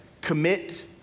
commit